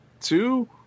two